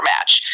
match